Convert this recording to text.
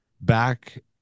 back